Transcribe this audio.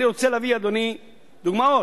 אני רוצה להביא, אדוני, דוגמאות.